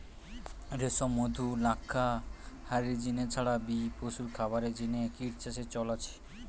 রেশম, মধু, লাক্ষা হারির জিনে ছাড়া বি পশুর খাবারের জিনে কিট চাষের চল আছে